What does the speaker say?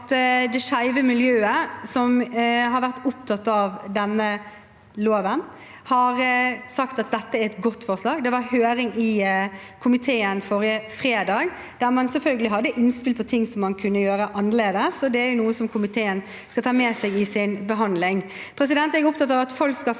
det skeive miljøet, som har vært opptatt av denne loven, har sagt at dette er et godt forslag. Det var høring i komiteen forrige fredag, der man selvfølgelig hadde innspill på ting som man kunne gjøre annerledes, og det er noe komiteen skal ta med seg i sin behandling.